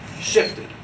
shifted